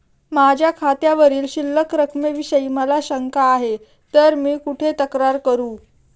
माझ्या खात्यावरील शिल्लक रकमेविषयी मला शंका आहे तर मी कुठे तक्रार करू?